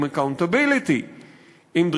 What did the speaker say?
עם accountability,